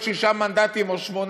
הוא יכול להיות שישה מנדטים או שמונה,